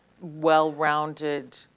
well-rounded